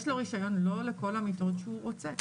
יש לו רשיון לא לכל המיטות שהוא רוצה,